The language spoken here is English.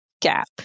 gap